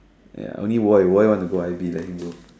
ya only why why you wanna go I_B let him go